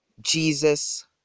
Jesus